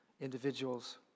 individuals